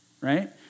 right